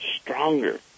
stronger